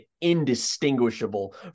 indistinguishable